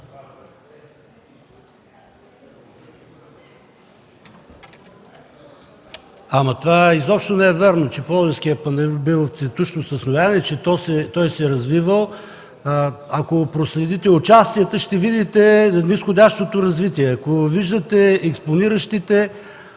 Ама това изобщо не е вярно, че Пловдивският панаир бил в цветущо състояние и че се е развивал. Ако проследите участията, ще видите низходящото развитие. Ако видите експониращите